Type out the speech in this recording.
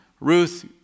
Ruth